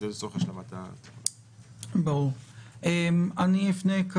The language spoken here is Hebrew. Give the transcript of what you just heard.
אני מבקש,